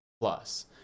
Plus